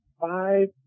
Five